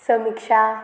समिक्षा